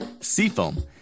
Seafoam